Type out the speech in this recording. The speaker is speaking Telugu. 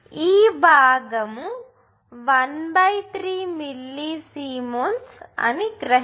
ఈ భాగం 1 3 మిల్లీ సిమెన్స్ అని గ్రహించారు